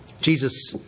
Jesus